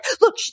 look